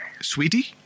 Sweetie